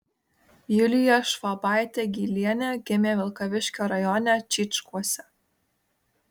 julija švabaitė gylienė gimė vilkaviškio rajone čyčkuose